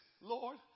Lord